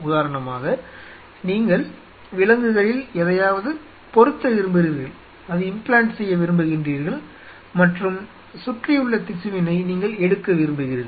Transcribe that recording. உதாரணமாக நீங்கள் விலங்குகளில் எதையாவது பொருத்த விரும்புகிறீர்கள் மற்றும் சுற்றியுள்ள திசுவினை நீங்கள் எடுக்க விரும்புகிறீர்கள்